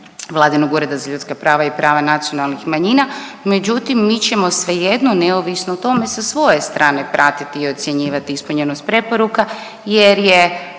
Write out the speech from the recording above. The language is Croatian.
vladinog Ureda za ljudska prava i prava nacionalnih manjina, međutim mi ćemo svejedno neovisno o tome sa svoje strane pratiti i ocjenjivati ispunjenost preporuka jer je